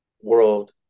world